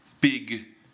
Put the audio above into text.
big